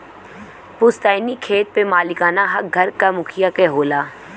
पुस्तैनी खेत पे मालिकाना हक घर क मुखिया क होला